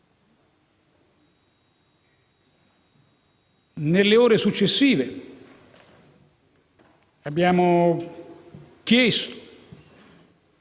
Nelle ore successive, abbiamo chiesto